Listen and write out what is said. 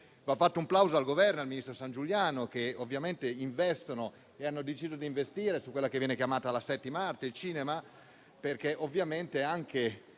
Va fatto un plauso al Governo e al ministro San Giuliano, che ovviamente hanno deciso di investire su quella che viene chiamata la settima Arte, il cinema, perché anche